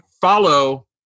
follow